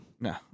No